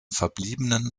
verbliebenen